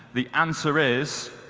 the answer is